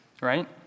right